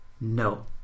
No